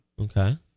Okay